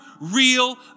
real